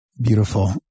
Beautiful